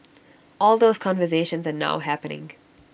all those conversations are now happening